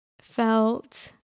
felt